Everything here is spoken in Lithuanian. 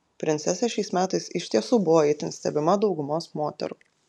princesė šiais metais iš tiesų buvo itin stebima daugumos moterų